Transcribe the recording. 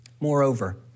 Moreover